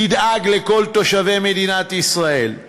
תדאג לכל תושבי מדינת ישראל?